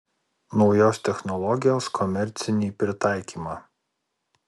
naujos technologijos komercinį pritaikymą